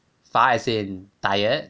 乏 as in tired